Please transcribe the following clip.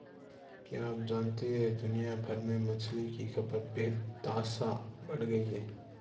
क्या आप जानते है दुनिया भर में मछली की खपत बेतहाशा बढ़ गयी है?